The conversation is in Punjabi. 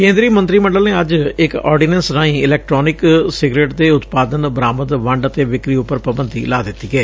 ਕੇਂਦਰੀ ਮੰਤਰੀ ਮੰਡਲ ਨੇ ਅੱਜ ਇਕ ਆਰਡੀਨੈਂਸ ਰਾਹੀਂ ਇਲੈਕਟ੍ਾਨਿਕ ਸਿਗਰਟ ਦੇ ਉਤਪਾਦਨ ਬਰਾਮਦ ਵੰਡ ਅਤੇ ਵਿਕਰੀ ਉਪਰ ਪਾਬੰਦੀ ਲਾ ਦਿੱਤੀ ਏ